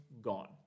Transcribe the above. gone